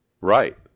Right